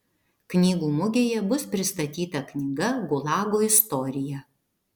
knygų mugėje bus pristatyta knyga gulago istorija